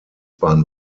bahn